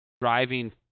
driving